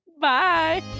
Bye